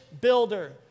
builder